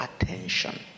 attention